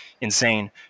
insane